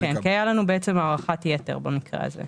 כי הייתה לנו הערכת יתר במקרה הזה.